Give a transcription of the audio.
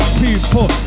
people